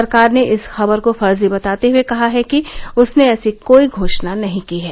सरकार ने इस खबर को फर्जी बताते हुए कहा है कि इसने ऐसी कोई घोषणा नहीं की है